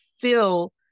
feel